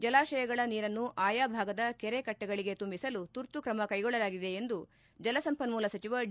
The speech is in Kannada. ಜಲಾಶಯಗಳ ನೀರನ್ನು ಆಯಾ ಭಾಗದ ಕೆರೆ ಕಟ್ಟೆಗಳಗೆ ತುಂಬಿಸಲು ತುರ್ತು ಕ್ರಮ ಕೈಗೊಳ್ಳಲಾಗಿದೆ ಎಂದು ಜಲ ಸಂಪನ್ಮೂಲ ಸಚಿವ ಡಿ